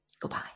Goodbye